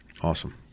Awesome